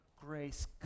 grace